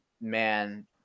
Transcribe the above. man